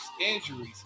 injuries